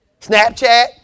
Snapchat